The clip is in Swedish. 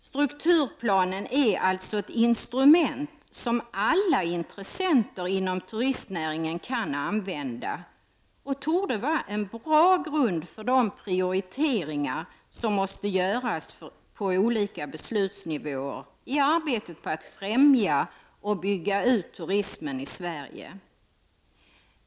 Strukturplanen är alltså ett instrument som alla intressenter inom turistnäringen kan använda och torde vara en bra grund för de prioriteringar som måste göras på olika beslutsnivåer i arbetet på att främja och bygga ut turismen i Sverige.